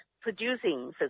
producing